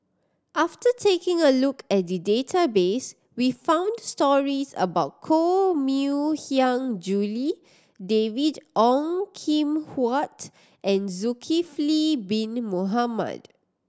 after taking a look at the database we found stories about Koh Mui Hiang Julie David Ong Kim Huat and Zulkifli Bin Mohamed